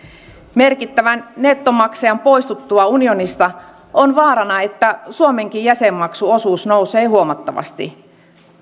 merkittävän nettomaksajan poistuttua unionista on vaarana että suomenkin jäsenmaksuosuus nousee huomattavasti